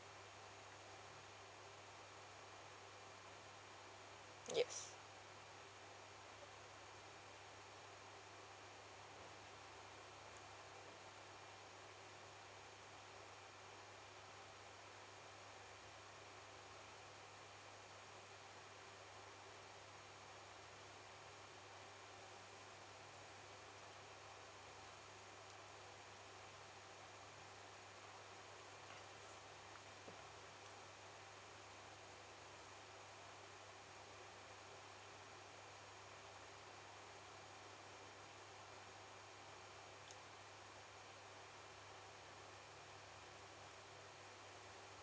yes